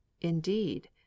indeed